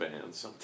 bands